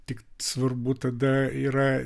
tik svarbu tada yra